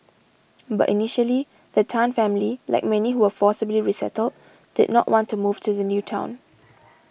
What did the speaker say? but initially the Tan family like many who were forcibly resettled did not want to move to the new town